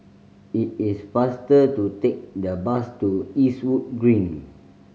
it is faster to take the bus to Eastwood Green